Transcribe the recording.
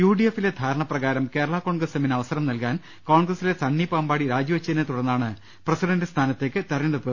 U D എഫിലെ ധാരണ പ്രകാരം കേരളാ കോൺഗ്രസ് എമ്മിന് അവസരം നൽകാൻ കോൺഗ്രസിലെ സണ്ണി പാമ്പാടി രാജിവച്ചതിനെ തുടർന്നാണ് പ്രസിഡന്റ് സ്ഥാനത്തേക്ക് തെരഞ്ഞെടുപ്പ് വേണ്ടിവന്നത്